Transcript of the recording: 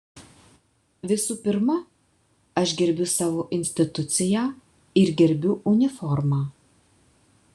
visų pirma aš gerbiu savo instituciją ir gerbiu uniformą